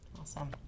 Awesome